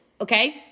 okay